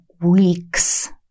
weeks